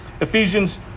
Ephesians